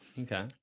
Okay